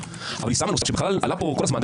אבל ההצעה שמה נושא אחד שעלה כאן כל הזמן,